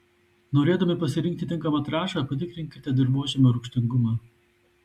norėdami pasirinkti tinkamą trąšą patikrinkite dirvožemio rūgštingumą